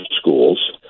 schools